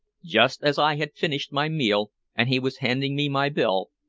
just as i had finished my meal, and he was handing me my bill,